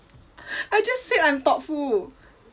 I just said I'm thoughtful